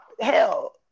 hell